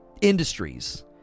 industries